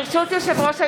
ברשות יושב-ראש הישיבה,